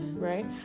right